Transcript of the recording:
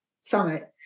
summit